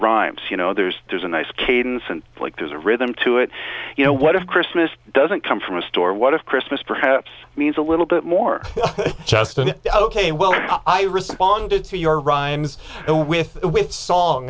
rhymes you know there's there's a nice cadence and there's a rhythm to it you know what a christmas doesn't come from a store what is christmas perhaps means a little bit more just an ok well i responded to your rhymes with with song